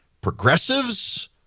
Progressives